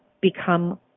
become